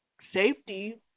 safety